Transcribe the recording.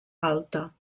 alta